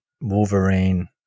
Wolverine